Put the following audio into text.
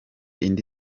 indi